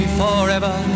forever